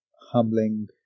humbling